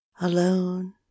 Alone